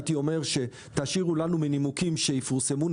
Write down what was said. הייתי אומר שתשאירו לנו מנימוקים שיפורסמו,